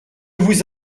vous